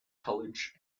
college